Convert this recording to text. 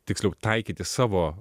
tiksliau taikyti savo